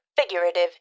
figurative